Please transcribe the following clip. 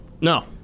No